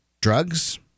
drugs